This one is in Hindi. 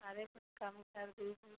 अरे कुछ कम कर दीजिए